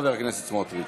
חבר הכנסת סמוטריץ.